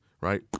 right